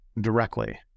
directly